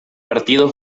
partido